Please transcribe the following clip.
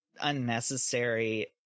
unnecessary